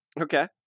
Okay